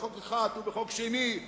בחוק אחד ובחוק שני,